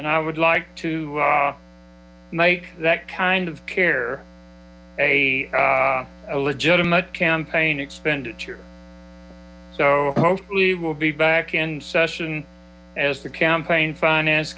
and i would like to make that kind of care a legitimate campaign expenditure so hopefully we'll be back in session as the campaign finance